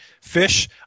Fish